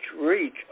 reach